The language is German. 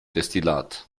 destillat